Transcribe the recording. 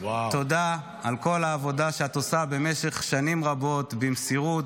תודה על כל העבודה שאת עושה במשך שנים רבות במסירות,